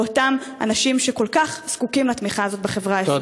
באותם אנשים שכל כך זקוקים לתמיכה הזאת בחברה הישראלית,